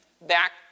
back